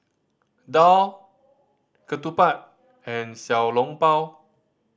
daal ketupat and Xiao Long Bao